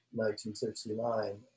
1969